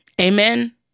Amen